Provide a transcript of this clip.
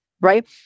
right